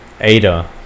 ada